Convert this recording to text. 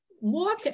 walk